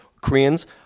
Koreans